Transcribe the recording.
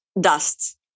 Dust